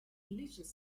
religious